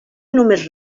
només